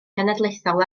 genedlaethol